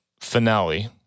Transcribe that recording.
finale